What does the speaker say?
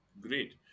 Great